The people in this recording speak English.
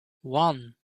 one